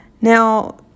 Now